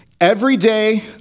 Everyday